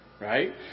Right